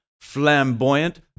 flamboyant